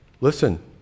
listen